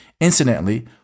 Incidentally